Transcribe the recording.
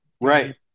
Right